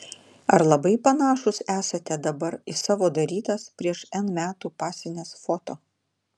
ar labai panašūs esate dabar į savo darytas prieš n metų pasines foto